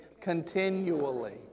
Continually